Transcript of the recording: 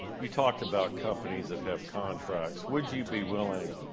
you talked about companies that have contracts. would you be willing